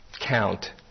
count